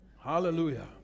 Hallelujah